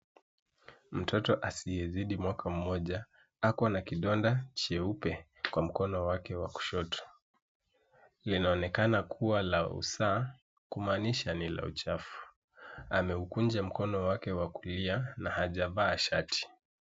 Mtoto asiyezidi mwaka mmoja ana kidonda cheupe kwenye mkono wake wa kushoto. Hili linaonekana kuwa la usaha, kumaanisha ni la uchafu. Ameukunja mkono wake wa kulia na hajavaa chochote.